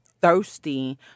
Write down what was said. thirsty